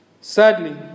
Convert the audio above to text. Sadly